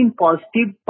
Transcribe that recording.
positive